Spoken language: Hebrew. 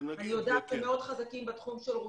אני יודעת שהם מאוד חזקים בתחום של רוסית,